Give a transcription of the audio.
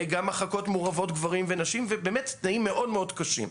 גם מחלקות מעורבות של גברים ונשים ובאמת תנאים מאוד-מאוד קשים.